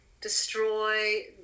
destroy